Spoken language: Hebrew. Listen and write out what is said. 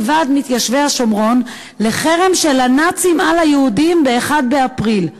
ועד מתיישבי השומרון לחרם של הנאצים על היהודים ב-1 באפריל.